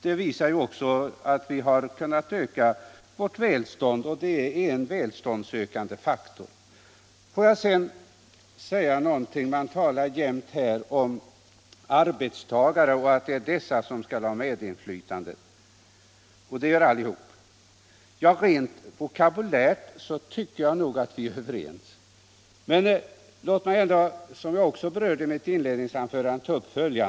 Det visas genom att vi har kunnat öka vårt välstånd och alltså har det varit | en välståndsökande faktor, som kommit oss alla till del. Det talas här jämt om arbetstagare och att det är dessa som skall ha | medinflytande. Ja, rent vokabulärt tycker jag nog att vi är överens, men | låt mig ändå ta upp följande som jag berörde i mitt inledningsanförande.